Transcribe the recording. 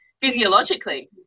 physiologically